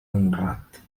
honrat